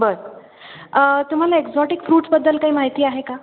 बरं तुम्हाला एक्झॉटिक फ्रूटबद्दल काही माहिती आहे का